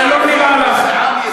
זה לא נראה לך.